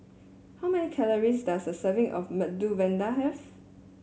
how many calories does a serving of Medu Vada have